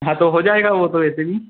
हाँ तो हो जाएगा वह तो वैसे भी